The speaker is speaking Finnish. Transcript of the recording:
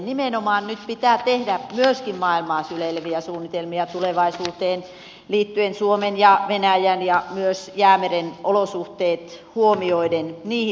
nimenomaan nyt pitää tehdä myöskin maailmaa syleileviä suunnitelmia tulevaisuuteen liittyen suomen ja venäjän ja myös jäämeren olosuhteet huomioiden niihin liikenneyhteyksiin